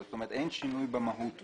זאת אומרת, אין שינוי במהות.